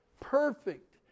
perfect